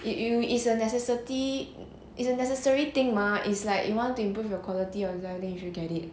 if you is a necessity is necessary thing mah is like you want to improve your quality of life then you go get it